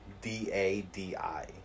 D-A-D-I